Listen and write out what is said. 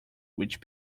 which